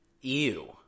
ew